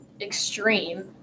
extreme